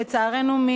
לצערנו,